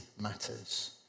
matters